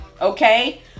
okay